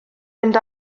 mynd